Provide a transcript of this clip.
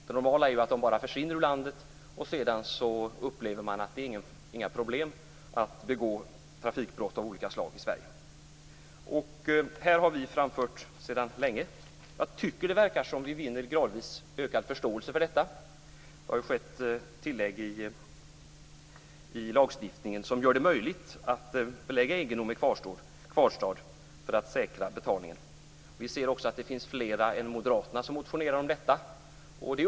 Det normala är att de bara försvinner ur landet, och sedan upplever att det inte är några problem att begå trafikbrott av olika slag i Sverige. Sedan länge har vi moderater framfört detta problem, och jag tycker att vi gradvis vinner ökad förståelse för det. Det har gjorts tillägg i lagstiftningen som gör det möjligt att belägga egendom med kvarstad för att säkra betalningen. Vi ser också att det finns fler än moderaterna som motionerar om detta.